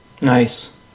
Nice